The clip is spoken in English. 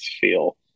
feel